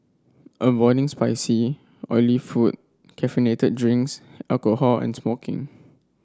avoiding spicy oily food caffeinated drinks alcohol and smoking